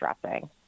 dressing